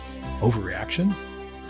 Overreaction